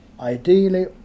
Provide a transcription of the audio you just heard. Ideally